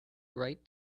write